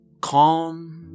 calm